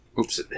Oops